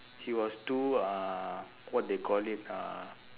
he was too uh what they call it uh